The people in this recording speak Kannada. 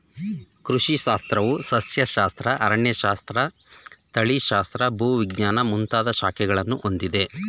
ಕೃಷಿ ಶಾಸ್ತ್ರವು ಸಸ್ಯಶಾಸ್ತ್ರ, ಅರಣ್ಯಶಾಸ್ತ್ರ, ತಳಿಶಾಸ್ತ್ರ, ಭೂವಿಜ್ಞಾನ ಮುಂದಾಗ ಶಾಖೆಗಳನ್ನು ಹೊಂದಿದೆ